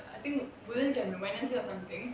I think விழுந்துட்டேன்:vizhunthutaen wednesday or something